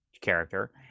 character